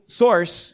source